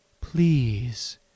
Please